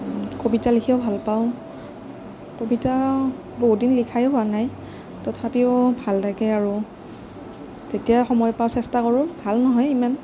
কবিতা লিখিও ভাল পাওঁ কবিতা বহুত দিন লিখাই হোৱা নাই তথাপিও ভাল লাগে আৰু যেতিয়া সময় পাওঁ চেষ্টা কৰোঁ ভাল নহয় ইমান